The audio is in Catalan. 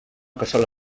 cassola